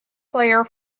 player